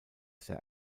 sehr